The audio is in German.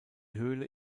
höhle